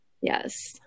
yes